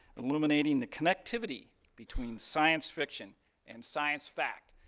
illuminating the connectivity between science fiction and science fact.